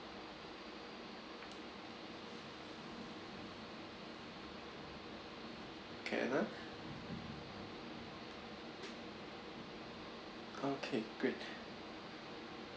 can ah okay great